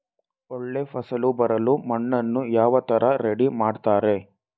ಒಳ್ಳೆ ಫಸಲು ಬರಲು ಮಣ್ಣನ್ನು ಯಾವ ತರ ರೆಡಿ ಮಾಡ್ತಾರೆ?